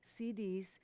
CDs